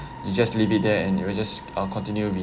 you just leave it there and it will just uh continue